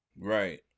right